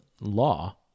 law